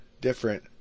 Different